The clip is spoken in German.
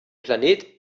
planet